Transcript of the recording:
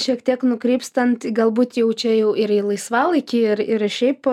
šiek tiek nukrypstant galbūt jau čia jau ir į laisvalaikį ir ir šiaip